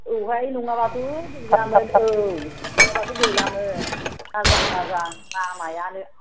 औहाय नङाबाथ' गैलामोन औ नङाबाथ' गैलामोन आजां गाजां लामायानो